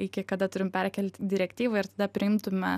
iki kada turim perkelti direktyvą ir tada priimtume